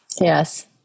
Yes